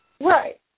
Right